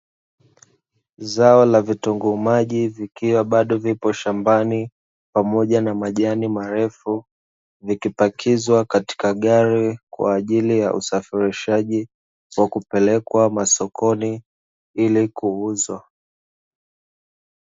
Zao la vitunguu maji vikiwa bado vipo shambani, pamoja na majani marefu, vikipakizwa katika gari kwa ajili ya usafirishwaji, wa kupelekwa masokoni ili kuuzwa.